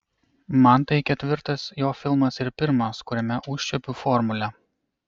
man tai ketvirtas jo filmas ir pirmas kuriame užčiuopiu formulę